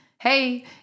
Hey